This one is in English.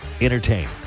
Entertain